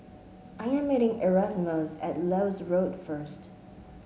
I am meeting Erasmus at Lewis Road first